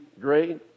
great